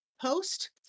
post